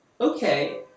okay